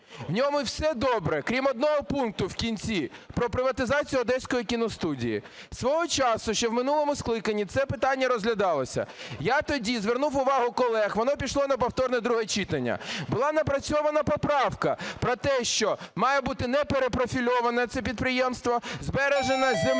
в ньому все добре, крім одного пункту в кінці: про приватизацію Одеської кіностудії. Свого часу ще в минулому скликанні це питання розглядалося, я тоді звернув увагу колег, воно пішло на повторне друге читання. Була напрацьована поправка про те, що має бути не перепрофільоване це підприємство, збережена земля